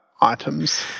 items